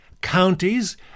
Counties